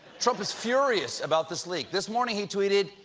trump is furious about this leak. this morning, he tweeted,